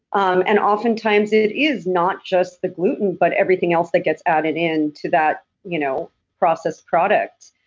um and oftentimes it is not just the gluten but everything else that gets added into that you know processed product.